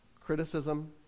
Criticism